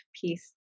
peace